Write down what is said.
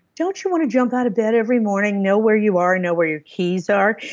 don't you want to jump out of bed every morning, know where you are, know where your keys are,